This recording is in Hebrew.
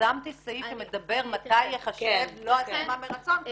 שמתי סעיף שאומר מתי ייחשב לא הסכמה מרצון,